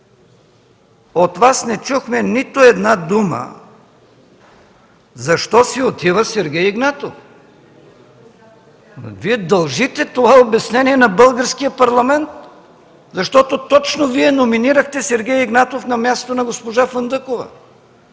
От Вас не чухме нито една дума защо си отива Сергей Игнатов. Вие дължите това обяснение на Българския парламент, защото точно Вие номинирахте Сергей Игнатов на мястото на госпожа Фандъкова.